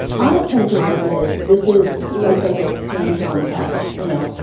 i characterize it as this is like those old scantron tests, you know,